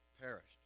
perished